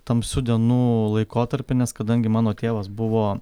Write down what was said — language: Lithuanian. tamsių dienų laikotarpį nes kadangi mano tėvas buvo